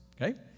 okay